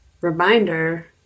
reminder